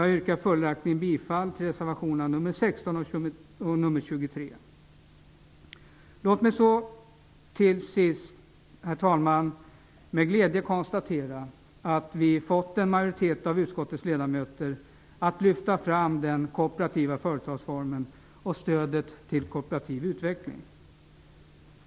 Jag yrkar följaktligen bifall till reservationerna nr Låt mig så till sist, herr talman, med glädje konstatera att vi har fått en majoritet av utskottets ledamöter att lyfta fram den kooperativa företagsformen och stödet till kooperativ utveckling.